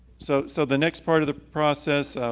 so so the next part of the process,